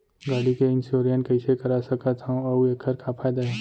गाड़ी के इन्श्योरेन्स कइसे करा सकत हवं अऊ एखर का फायदा हे?